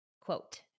quote